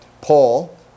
Paul